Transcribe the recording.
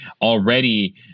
already